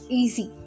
easy